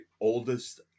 oldest